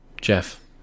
Jeff